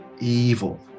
evil